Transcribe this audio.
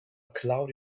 cloud